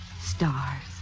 Stars